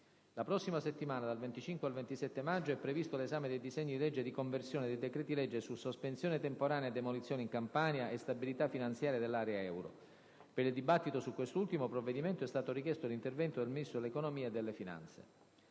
La prossima settimana, dal 25 al 27 maggio, è previsto 1'esame dei disegni di legge di conversione dei decreti-legge su sospensione temporanea demolizioni in Campania e stabilità finanziaria dell'area euro. Per il dibattito su quest'ultimo provvedimento è stato richiesto 1'intervento del Ministro dell'economia e delle finanze.